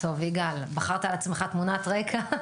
540 אלף תושבים, ללא שום מתקן אחד שאפילו מתקרב.